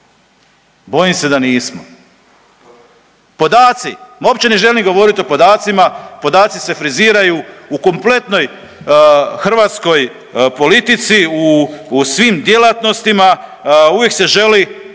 Bojim se da nismo. Podaci, uopće ne želim govoriti o podacima, podaci se friziraju u kompletnoj hrvatskoj politici, u svim djelatnostima uvijek se želi prikazati